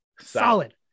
Solid